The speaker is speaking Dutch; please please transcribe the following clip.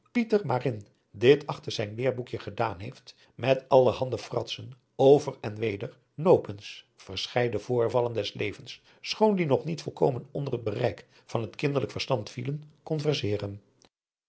dit achter zijn leerboekje gedaan heeft met allerhande fratsen over en weder nopens verscheiden voorvallen des levens schoon die nog niet volkomen nder het bereik van het kinderlijk verstand vielen converseren